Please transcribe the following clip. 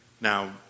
Now